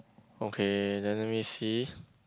okay then let me see